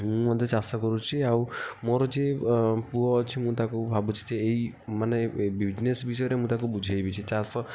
ମୁଁ ମଧ୍ୟ ଚାଷ କରୁଛି ଆଉ ମୋର ଯିଏ ପୁଅ ଅଛି ମୁଁ ତାକୁ ଭାବୁଛି ଯେ ଏହି ମାନେ ବିଜନେସ୍ ବିଷୟରେ ମୁଁ ତାକୁ ବୁଝାଇବି ସେ ଚାଷ